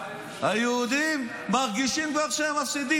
היהודים כבר מרגישים שהם מפסידים.